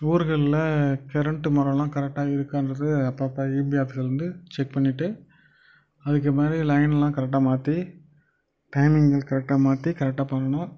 ஊருகளில் current மரல்லாம் கரெக்டாக இருக்கான்றதை அப்பப்போ ஈபி ஆட்கள் வந்து செக் பண்ணிவிட்டு அதுக்குமாதிரி லைன் எல்லாம் கரெக்டாக மாற்றி டைமிங்க கரெக்டாக மாற்றி கரெக்டாக பண்ணணும்